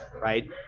right